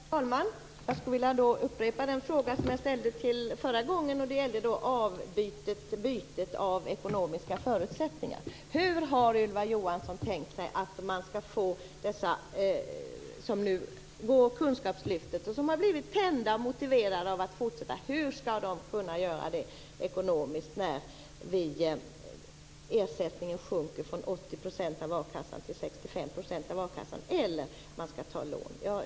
Herr talman! Jag skulle vilja upprepa den fråga som jag ställde förra gången, och det gäller förändringen i ekonomiska förutsättningar. Hur har Ylva Johansson tänkt sig att de som nu går i kunskapslyftet och som har blivit tända och motiverade att fortsätta skall kunna klara det ekonomiskt när ersättningen sjunker från 80 % till 65 % av a-kassan eller om de måste ta lån?